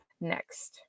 next